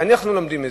שאנחנו לומדים מזה?